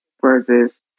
versus